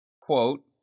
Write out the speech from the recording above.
quote